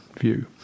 view